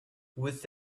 with